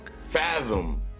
fathom